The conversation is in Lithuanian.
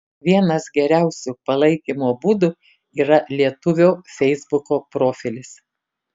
vienas geriausių palaikymo būdų yra lietuvio feisbuko profilis